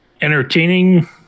entertaining